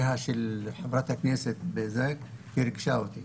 חברת הכנסת בזק ריגשה אותי